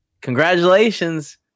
congratulations